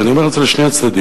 ואני אומר את זה לשני הצדדים,